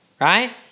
right